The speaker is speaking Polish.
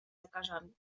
lekarzami